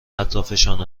اطرافشان